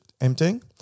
emptying